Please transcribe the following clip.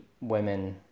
women